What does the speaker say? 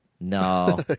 No